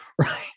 right